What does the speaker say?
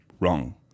wrong